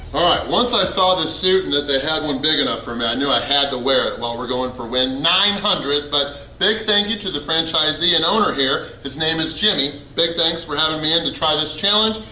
alright, once i saw this suit and that they had one big enough for me, i knew i had to wear it while we're going for win nine hundred! but big thank you to the franchisee and owner here his name is jimmy. big thanks for having me in to try this challenge,